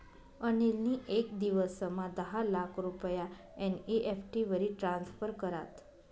अनिल नी येक दिवसमा दहा लाख रुपया एन.ई.एफ.टी वरी ट्रान्स्फर करात